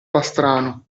pastrano